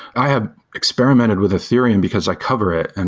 i have experimented with ethereum, because i cover it. and